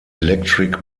electric